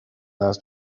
asked